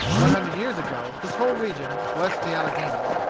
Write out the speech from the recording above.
one hundred years ago, this whole region, west of the alleghanies,